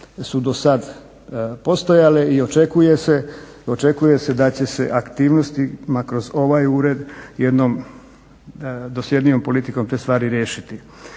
su do sada postojale i očekuje se da će aktivnostima kroz ovaj ured jednom dosljednijom politikom te stvari riješiti.